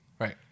Right